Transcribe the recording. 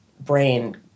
brain